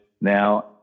now